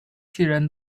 机器人